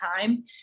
time